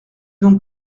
donc